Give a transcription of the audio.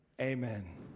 amen